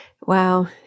Wow